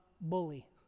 bully